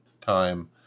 time